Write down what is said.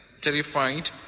terrified